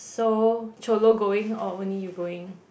so Cholo going or only you going